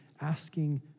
asking